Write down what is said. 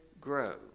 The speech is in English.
grow